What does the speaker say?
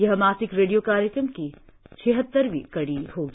यह मासिक रेडियो कार्यक्रम की छिहत्तरवीं कडी होगी